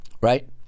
right